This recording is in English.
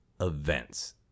events